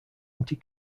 anti